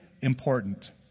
important